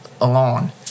alone